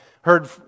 heard